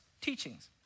teachings